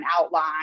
outline